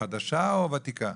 חדשה, או וותיקה?